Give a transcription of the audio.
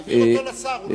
תעביר אותו לשר.